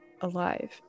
alive